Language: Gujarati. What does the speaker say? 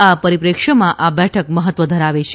આ પરિપેક્ષ્યમાં આ બેઠક મહત્વ ધરાવે છે